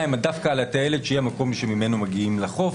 הם דווקא על הטיילת שהיא המקום שממנו מגיעים לחוף.